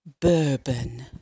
Bourbon